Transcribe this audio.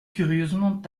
curieusement